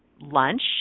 lunch